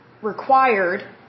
required